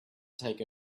take